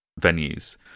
venues